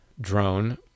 drone